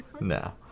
No